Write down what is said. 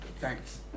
Thanks